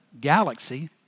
Galaxy